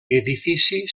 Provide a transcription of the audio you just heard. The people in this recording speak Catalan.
edifici